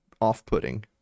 off-putting